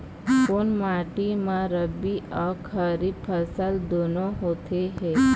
कोन माटी म रबी अऊ खरीफ फसल दूनों होत हे?